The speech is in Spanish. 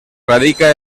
radica